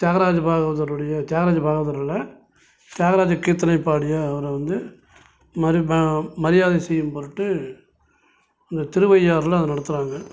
தியாகராஜபாகவதருடைய தியாகராஜபாகவதரோட தியாகராஜ கீர்த்தனை பாடிய அவரை வந்து மரி மா மரியாதை செய்யும்பொருட்டு இந்த திருவையாறில் அதை நடத்துறாங்க